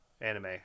anime